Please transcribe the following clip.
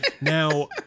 Now